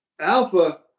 Alpha